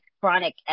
chronic